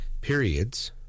periods